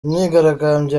imyigaragambyo